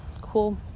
cool